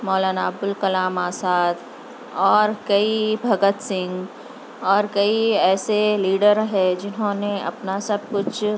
مولانا ابوالکلام آزاد اور کئی بھگت سنگھ اور کئی ایسے لیڈر ہے جنہوں نے اپنا سب کچھ